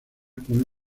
con